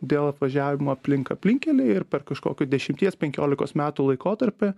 dėl apvažiavimo aplink aplinkkelį ir per kažkokį dešimties penkiolikos metų laikotarpį